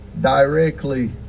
directly